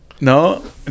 No